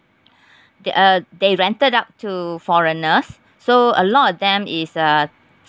they uh they rented out to foreigners so a lot of them is uh